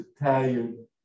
Italian